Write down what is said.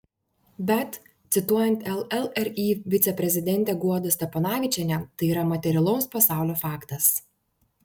bet cituojant llri viceprezidentę guodą steponavičienę tai yra materialaus pasaulio faktas